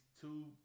two